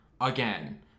Again